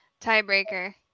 Tiebreaker